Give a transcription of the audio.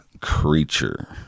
creature